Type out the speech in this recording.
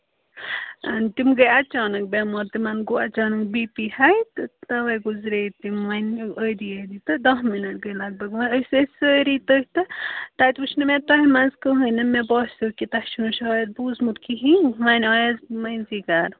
تِم گٔے اَچانک بٮ۪مار تِمَن گوٚو اَچانک بی پی ہاے تہٕ تَوَے گُزرے تِم وۄنۍ ٲدی ٲدی تہٕ دَہ مِنَٹ گٔے لگ بگ وۄنۍ أسۍ ٲسۍ سٲری تٔتھۍ تہٕ تَتہِ وٕچھ نہٕ مےٚ تۄہہِ منٛز کٕہۭنۍ نہٕ مےٚ باسیو کہِ تۄہہِ چھُو نہٕ شاید بوٗزمُت کِہیٖنۍ وۄنۍ آیَس مٔنٛزی گَرٕ